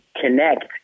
connect